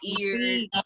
ears